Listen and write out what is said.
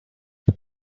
they